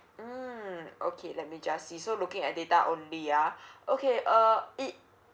mm okay let me just see so looking at data only ah okay uh it